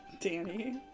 danny